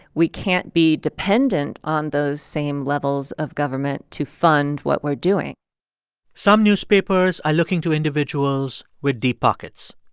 we can't be dependent on those same levels of government to fund what we're doing some newspapers are looking to individuals with deep pockets.